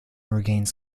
regains